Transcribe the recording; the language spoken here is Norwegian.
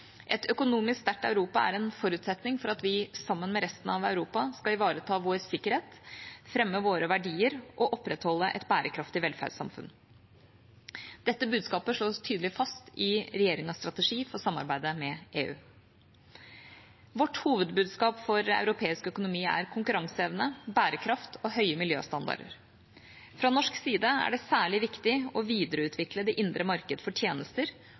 Et økonomisk sterkt Europa er en forutsetning for at vi sammen med resten av Europa skal ivareta vår sikkerhet, fremme våre verdier og opprettholde et bærekraftig velferdssamfunn. Dette budskapet slås tydelig fast i regjeringas strategi for samarbeidet med EU. Vårt hovedbudskap for europeisk økonomi er konkurranseevne, bærekraft og høye miljøstandarder. Fra norsk side er det særlig viktig å videreutvikle det indre marked for tjenester